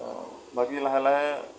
বাকী লাহে লাহে